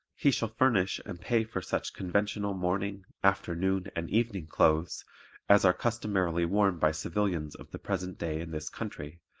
he shall furnish and pay for such conventional morning, afternoon and evening clothes as are customarily worn by civilians of the present day in this country,